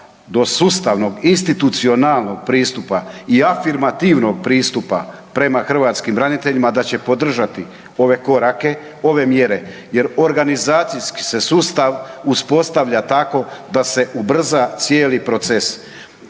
do sustavnog institucionalnog pristupa i afirmativnog pristupa prema hrvatskim braniteljima da će podržati ove korake, ove mjere jer organizacijski se sustav uspostavlja tako da se ubrza cijeli proces.